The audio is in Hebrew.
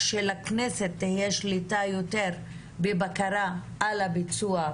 שלכנסת תהיה יותר שליטה ובקרה על הביצוע,